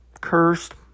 cursed